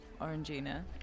Orangina